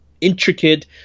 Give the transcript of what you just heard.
intricate